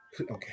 Okay